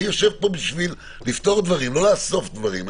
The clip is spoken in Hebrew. אני יושב פה בשביל לפתור דברים לא לאסוף דברים,